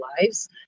lives